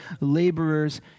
laborers